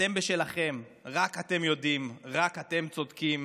אתם בשלכם, רק אתם יודעים, רק אתם צודקים